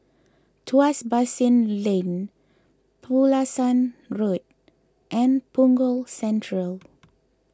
Tuas Basin Lane Pulasan Road and Punggol Central